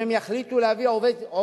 אם הם יחליטו להביא עובד